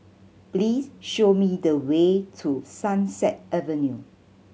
please show me the way to Sunset Avenue